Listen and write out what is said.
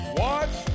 watch